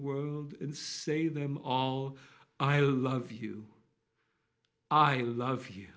world and say them all i love you i love you